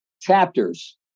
chapters